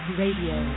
radio